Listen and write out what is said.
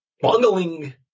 bungling